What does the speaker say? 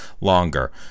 longer